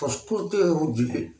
ସଂସ୍କୃତି ହଉଛି